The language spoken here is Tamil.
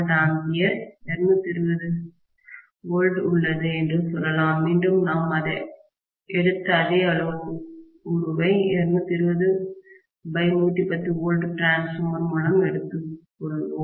2 kVA 220 உள்ளது என்று சொல்லலாம் மீண்டும் நாம் எடுத்த அதே அளவுருவை 220110 V டிரான்ஸ்பார்மர் மூலம் எடுத்துக்கொள்வோம்